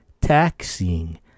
taxing